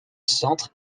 centre